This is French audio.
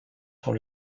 sur